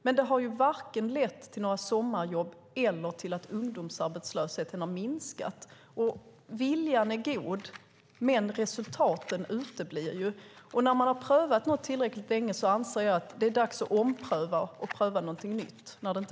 Men de har inte lett till sommarjobb eller till att ungdomsarbetslösheten har minskat. Viljan är god, men resultaten uteblir. När man har prövat något tillräckligt länge anser jag att det är dags att ompröva och pröva något nytt.